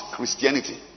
Christianity